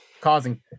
causing